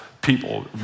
people